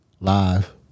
live